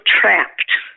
trapped